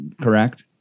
correct